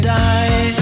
die